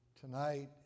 Tonight